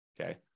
okay